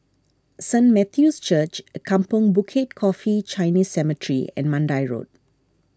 Saint Matthew's Church Kampong Bukit Coffee Chinese Cemetery and Mandai Road